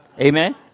Amen